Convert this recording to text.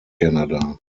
canada